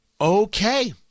Okay